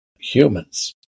humans